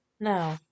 no